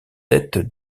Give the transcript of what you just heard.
tête